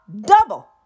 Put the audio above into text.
double